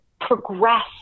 progress